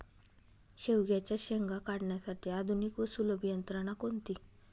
शेवग्याच्या शेंगा काढण्यासाठी आधुनिक व सुलभ यंत्रणा कोणती?